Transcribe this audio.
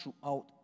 throughout